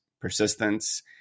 persistence